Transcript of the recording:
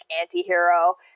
anti-hero